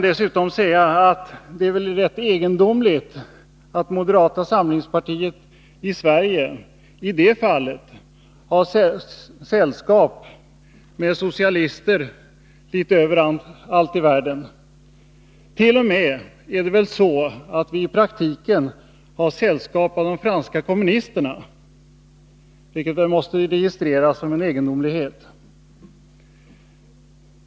Det är väl rätt egendomligt att moderata samlingspartiet i Sverige i det fallet har sällskap med socialister litet överallt i världen. Det ärt.o.m. så att vi i praktiken har sällskap av de franska kommunisterna, vilket väl måste registreras som en egendomlighet.